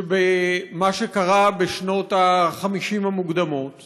של מה שקרה בשנות ה-50 המוקדמות